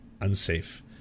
unsafe